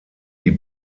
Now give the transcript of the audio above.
die